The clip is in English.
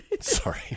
Sorry